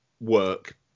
work